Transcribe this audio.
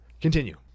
Continue